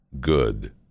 good